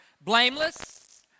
blameless